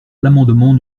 l’amendement